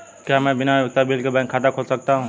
क्या मैं बिना उपयोगिता बिल के बैंक खाता खोल सकता हूँ?